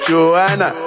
Joanna